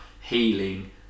healing